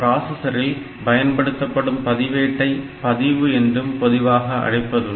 ப்ராசசரில் பயன்படுத்தப்படும் பதிவேட்டை பதிவு என்றும் பொதுவாக அழைக்கப்படுவதுண்டு